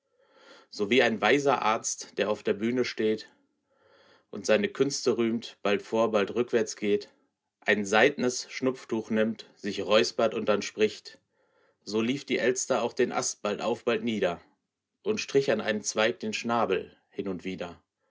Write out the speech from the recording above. so wie ein weiser arzt der auf der bühne steht und seine künste rühmt bald vor bald rückwärts geht ein seidnes schnupftuch nimmt sich räuspert und dann spricht so lief die elster auch den ast bald auf bald nieder und strich an einem zweig den schnabel hin und wider